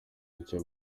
n’icyo